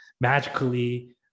magically